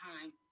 time